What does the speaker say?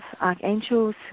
archangels